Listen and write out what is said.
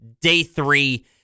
day-three